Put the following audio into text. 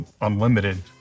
unlimited